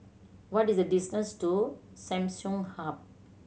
what is the distance to Samsung Hub